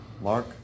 Mark